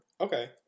Okay